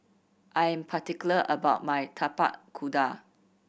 I'm particular about my Tapak Kuda